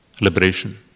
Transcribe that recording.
Liberation